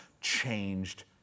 Changed